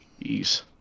Ease